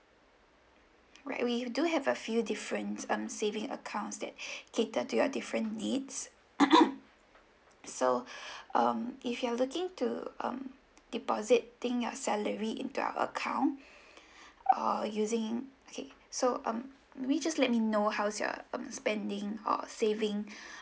right we do have a few different um saving accounts that catered to your different needs so um if you are looking to um deposit think your salary into our account or using okay so um maybe just let me know how's your um spending or saving